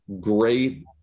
great